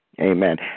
Amen